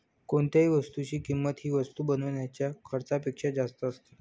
कोणत्याही वस्तूची किंमत ही वस्तू बनवण्याच्या खर्चापेक्षा जास्त असते